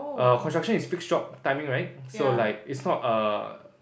err construction is fixed job timing right so like it's not err